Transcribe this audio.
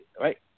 Right